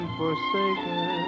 forsaken